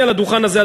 אני על הדוכן הזה,